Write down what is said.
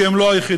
כי הם לא היחידים.